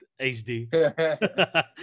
HD